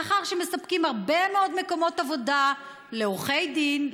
לאחר שמספקים הרבה מאוד מקומות עבודה לעורכי דין,